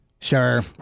Sure